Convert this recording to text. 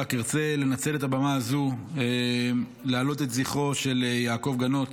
אני ארצה לנצל את הבמה הזו להעלות את זכרו של יעקב גנות,